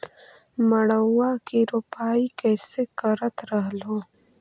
मड़उआ की रोपाई कैसे करत रहलू?